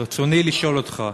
ברצוני לשאול אותך: